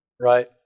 Right